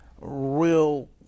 real